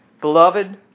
Beloved